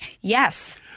Yes